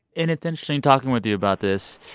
and it's interesting talking with you about this.